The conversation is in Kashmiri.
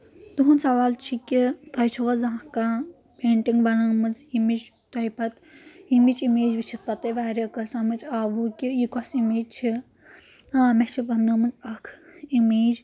تُہُنٛد سوال چھُ کہِ تۄہہِ چھوا زانٛہہ کانٛہہ پینٹِنٛگ بنٲومٕژ ییٚمِچ تۄہہِ پَتہٕ ییٚمِچ اِمیج وٕچھِتھ پَتہٕ تۄہہِ واریاہ کٲلۍ سَمجھ آووُ کہِ یہِ کۄس اِمیج چھِ آ مےٚ چھِ بنٲومٕژ اکھ اِمیج